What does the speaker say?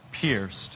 pierced